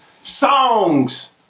Songs